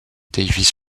davis